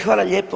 Hvala lijepo.